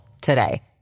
today